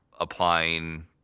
applying